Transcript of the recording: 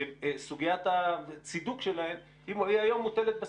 שסוגיית הצידוק שלהן היא היום מוטלת בספק.